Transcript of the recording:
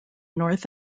north